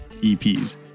EPs